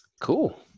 Cool